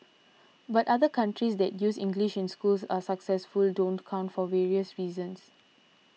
but countries that use English in schools and are successful don't count for various reasons